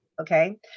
okay